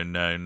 no